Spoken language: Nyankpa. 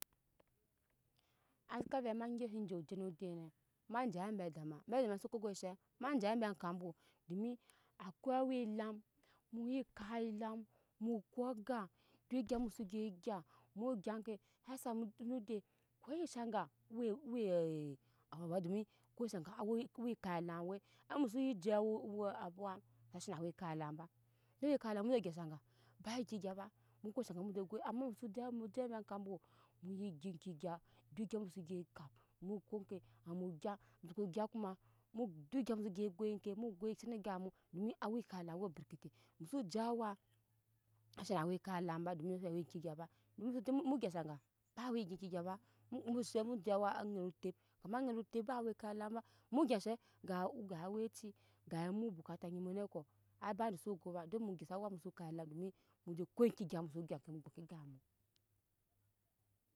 Ai saka ve ma gya ve juje nude ne ma je ebe ada ma be ve ensoko go se ma je ambe kabwo domi alwai awe lam mu nyi kap elam mu ko aga dok enyi muso gyi gya mu gya ke hashaŋ mu dɛ we we owo domi we we kap elam we ai mu so nyi je we aw sa she na awe kap elam ba dode kane mu je gyi shaga ba eŋke gya ba mu ko shaga muju goi ama musoje mu je abe kabwo mu ye gya muko eŋke namu ga muso ko gya ko ma ma dok egya muso gyi goi ke mu goi cim eme egap mu domi ewe kap elam we aberke tɛ muso je awa sa shena awa kap elam bo domi ve we eŋke egya ba domi ve we eŋke egya ba domi muso je mu gyi shaga ba we gyi eŋke gya ba mu mu se muje wa aŋke otɛp ama aŋɛt otɛp ba awa kap elam ba mu bukata nyi mu ɔuko ai bade sugo ba dom mu gyise awa muso kap elam domi muju ko eŋke gya muso gya ferem mu gbɛ kpɛ egapmu